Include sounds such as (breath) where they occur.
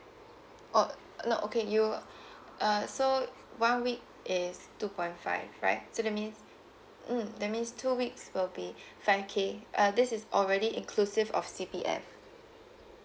oh no okay you (breath) uh so one week is two point five right so that means (breath) mm that means two weeks will be (breath) ten K uh this is already inclusive of C_P_F